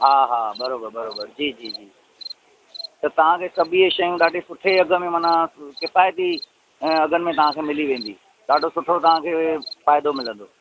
हा हा बराबरि बराबरि जी जी जी त तव्हांखे सभई शयूं सुठे अघु में माना किफायती अघनि में तांखे मिली वेंदी ॾाढो सुठो तव्हांखे फ़ाइदो मिलंदो